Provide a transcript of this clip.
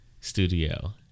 studio